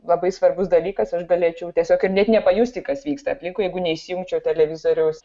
labai svarbus dalykas aš galėčiau tiesiog ir net nepajusti kas vyksta aplinkui jeigu neįsijungčiau televizoriaus